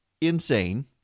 insane